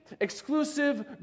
exclusive